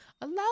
allow